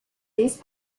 these